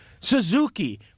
Suzuki